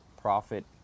profit